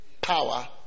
power